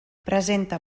presenta